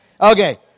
Okay